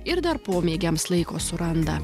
ir dar pomėgiams laiko suranda